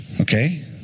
Okay